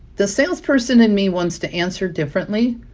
the salesperson in me wants to answer differently,